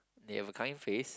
they have a kind face